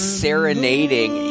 serenading